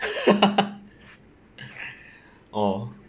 orh